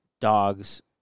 dogs